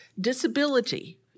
Disability